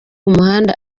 umuhanda